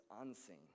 unseen